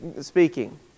speaking